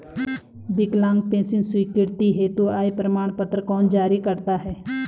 विकलांग पेंशन स्वीकृति हेतु आय प्रमाण पत्र कौन जारी करता है?